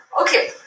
Okay